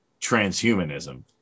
transhumanism